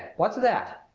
what's that?